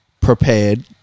prepared